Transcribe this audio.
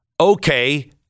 okay